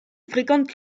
fréquente